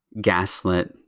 gaslit